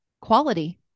quality